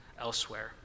elsewhere